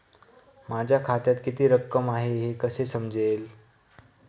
माझ्या खात्यात किती रक्कम आहे हे कसे समजेल?